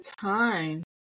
time